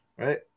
Right